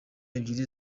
ebyiri